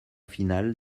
final